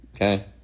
okay